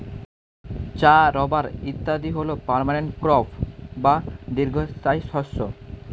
চা, রাবার ইত্যাদি হল পার্মানেন্ট ক্রপ বা দীর্ঘস্থায়ী শস্য